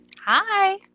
Hi